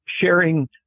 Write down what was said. sharing